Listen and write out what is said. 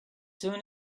soon